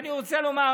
אני רוצה לומר,